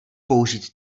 použít